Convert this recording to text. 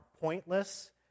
pointless